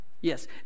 Yes